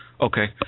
Okay